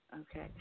Okay